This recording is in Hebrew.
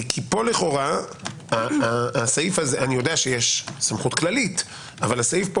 אני יודע שיש סמכות כללית, אבל הסעיף פה